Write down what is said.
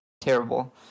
terrible